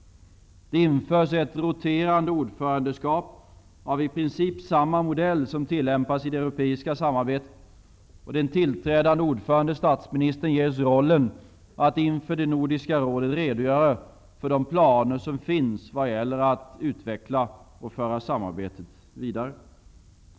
Det införs ett roterande ordförandeskap av i princip samma modell som tillämpas i det europeiska samarbetet, och den tillträdande ordföranden ges rollen att inför det Nordiska rådet redogöra för de planer som finns vad gäller att utveckla och föra samarbetet vidare.